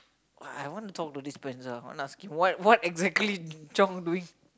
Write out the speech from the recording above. I want to talk to this person I want to ask him what what exactly Chong doing